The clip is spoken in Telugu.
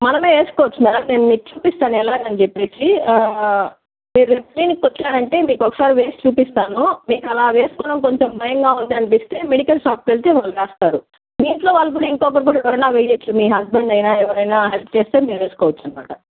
మనమే వేసుకోవచ్చు మ్యామ్ నేన్ మీకు చూపిస్తాను ఎలాగని చెప్పేసి మీరు క్లినిక్కి వచ్చారంటే నేన్ మీకు ఒకసారి వేసి చూపిస్తాను మీకు అలా వేసుకోవడం కొంచెం భయంగా ఉంది అనిపిస్తే మెడికల్ షాప్కి వెళ్తే వాళ్ళు వేస్తారు మీ ఇంట్లో వాళ్ళు కూడా ఇంకొకరు కూడా ఎవరన్నా వేయొచ్చు మీ హస్బెండ్ అయినా ఎవరైనా హెల్ప్ చేస్తే మీరు వేసుకోవచ్చు అనమాట